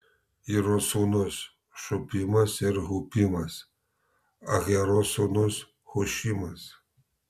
iro sūnūs šupimas ir hupimas ahero sūnus hušimas